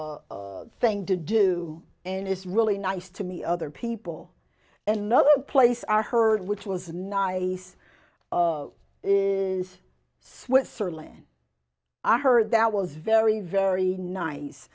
thing to do and it's really nice to meet other people and no other place are heard which was nice is switzerland i heard that was very very nice